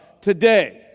today